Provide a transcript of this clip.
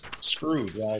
screwed